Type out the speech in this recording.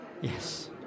yes